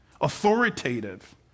authoritative